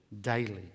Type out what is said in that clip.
daily